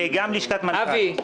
וגם לשכת מנכ"ל.